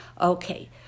Okay